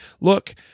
look